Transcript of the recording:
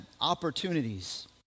opportunities